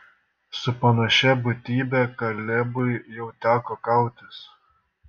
su panašia būtybe kalebui jau teko kautis